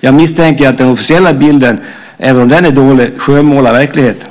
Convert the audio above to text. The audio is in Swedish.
Jag misstänker att den officiella bilden, även om den är dålig, skönmålar verkligheten.